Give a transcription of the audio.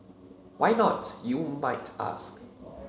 why not you might ask